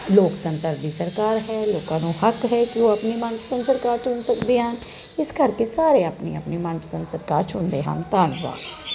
ਲੋਕਤੰਤਰ ਦੀ ਸਰਕਾਰ ਹੈ ਲੋਕਾਂ ਨੂੰ ਹੱਕ ਹੈ ਕੀ ਉਹ ਆਪਣੀ ਮਨਪਸੰਦ ਸਰਕਾਰ ਚੁਣ ਸਕਦੇ ਹਨ ਇਸ ਕਰਕੇ ਸਾਰੇ ਆਪਣੇ ਆਪਣੇ ਮਨਪਸੰਦ ਸਰਕਾਰ ਚੁਣਦੇ ਹਨ ਧੰਨਵਾਦ